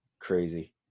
crazy